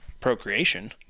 procreation